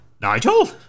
Nigel